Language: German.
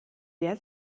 der